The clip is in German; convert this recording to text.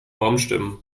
baumstämmen